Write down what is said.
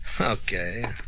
Okay